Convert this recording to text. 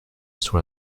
sur